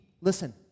listen